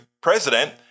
president